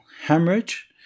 hemorrhage